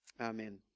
Amen